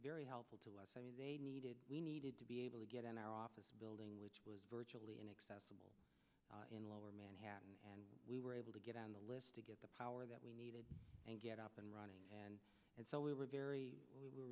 very helpful to us and they needed we needed to be able to get in our office building which was virtually inaccessible in lower manhattan and we were able to get on the list to get the power that we needed and get up and running and so we were very they were ver